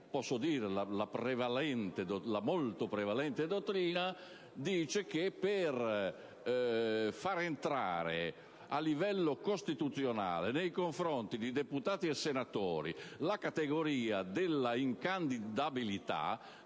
la molto prevalente dottrina sostiene che per far entrare a livello costituzionale nei confronti di deputati e senatori la categoria della incandidabilità